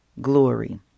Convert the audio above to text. glory